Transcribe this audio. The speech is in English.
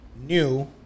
new